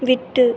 விட்டு